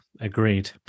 Agreed